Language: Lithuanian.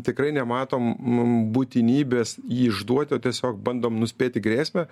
tikrai nematom būtinybės jį išduoti o tiesiog bandom nuspėti grėsmę